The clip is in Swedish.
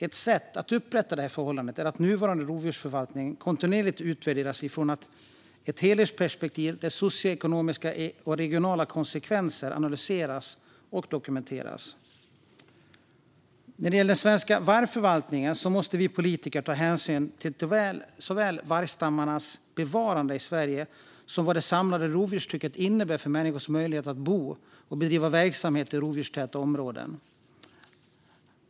Ett sätt att upprätta ett sådant förtroende är att kontinuerligt utvärdera nuvarande rovdjursförvaltning utifrån ett helhetsperspektiv där socioekonomiska och regionala konsekvenser analyseras och dokumenteras. När det gäller den svenska vargförvaltningen måste vi politiker ta hänsyn till såväl vargstammens bevarande i Sverige som vad det samlade rovdjurstrycket innebär för människors möjligheter att bo och bedriva verksamheter i rovdjurstäta områden.